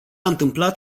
întâmplat